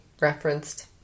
referenced